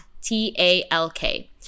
T-A-L-K